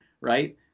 Right